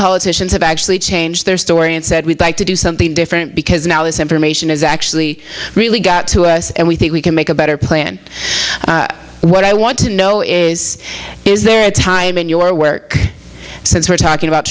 politicians have actually changed their story and said we'd like to do something different because now this information is actually really got to us and we think we can make a better plan what i want to know is is there a time in your work since we're talking about